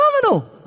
phenomenal